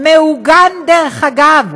מעוגן, דרך אגב,